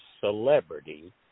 celebrity